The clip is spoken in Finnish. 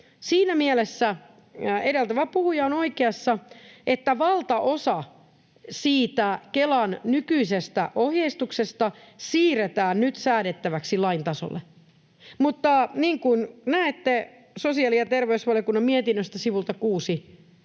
Siinä mielessä edeltävä puhuja on oikeassa, että valtaosa siitä Kelan nykyisestä ohjeistuksesta siirretään nyt säädettäväksi lain tasolle. Mutta niin kuin näette sosiaali- ja terveysvaliokunnan mietinnöstä sivulta 6, ei